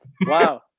wow